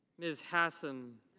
ms. hassan.